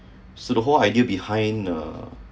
so the whole idea uh